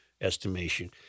estimation